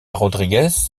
rodrigues